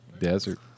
desert